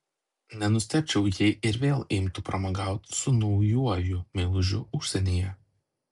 nenustebčiau jei ir vėl imtų pramogauti su naujuoju meilužiu užsienyje